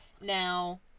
Now